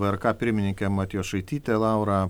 vrk pirmininkė matjošaitytė laura